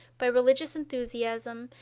by religious enthusiasm,